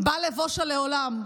"אל אבושה לעולם".